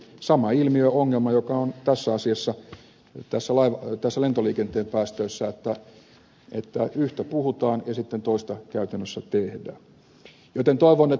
sama ilmiö ongelma on tässä asiassa lentoliikenteen päästöissä että yhtä puhutaan ja sitten toista käytännössä tehdään joten toivon että ed